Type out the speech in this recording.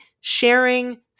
sharing